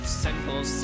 simple